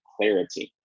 clarity